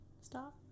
Stop